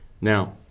Now